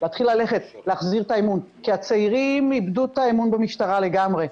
להתחיל ללכת להחזיר את האמון כי הצעירים איבדו את האמון במשטרה לגמרי,